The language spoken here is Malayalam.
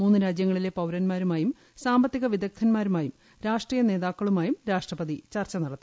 മൂന്നു രാജ്യങ്ങളിലെ പൌരൻമാരുമായും സാമ്പത്തികൃ വിദഗ്ധൻമാരുമായും രാഷ്ട്രീയ നേതാക്കളുമായും രാഷ്ട്രപതി ചർച്ച നടത്തി